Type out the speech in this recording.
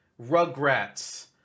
Rugrats